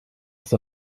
ist